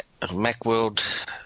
Macworld